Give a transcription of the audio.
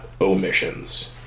omissions